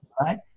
right